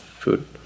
food